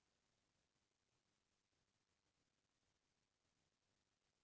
कुकरा कुकरी के पालन कई किसम ले होथे